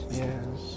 yes